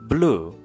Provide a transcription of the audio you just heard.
Blue